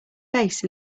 face